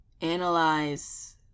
analyze